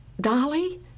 Dolly